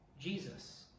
Jesus